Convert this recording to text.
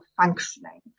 functioning